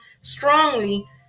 strongly